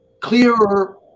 clearer